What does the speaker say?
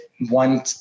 one